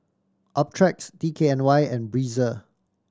Optrex D K N Y and Breezer